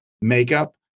makeup